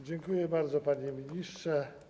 Dziękuję bardzo, panie ministrze.